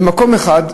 במקום אחד,